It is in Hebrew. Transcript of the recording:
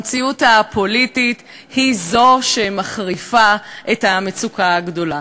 המציאות הפוליטית היא זו שמחריפה את המצוקה הגדולה.